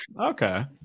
Okay